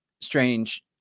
strange